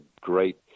great